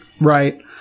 right